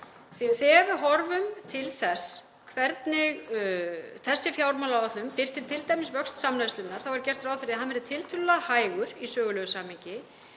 Þegar við horfum til þess hvernig þessi fjármálaáætlun birtir t.d. vöxt samneyslunnar þá er gert ráð fyrir að hann verði tiltölulega hægur í sögulegu samhengi,